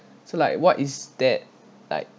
so like what is that like